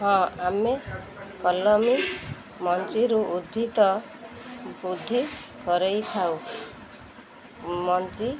ହଁ ଆମେ କଲମୀ ମଞ୍ଜିରୁ ଉଦ୍ଭିଦ ବୃଦ୍ଧି କରାଇ ଥାଉ ମଞ୍ଜି